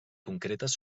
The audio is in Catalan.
concretes